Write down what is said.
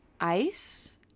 ice